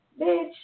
Bitch